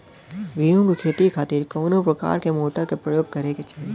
गेहूँ के खेती के खातिर कवना प्रकार के मोटर के प्रयोग करे के चाही?